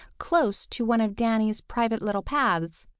close to one of danny's private little paths.